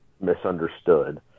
misunderstood